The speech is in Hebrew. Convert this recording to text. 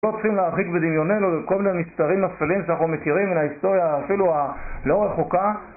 לא צריכים להרחיק בדמיוננו על כל מיני משטרים אפלים שאנחנו מכירים מההיסטוריה אפילו ה... לא רחוקה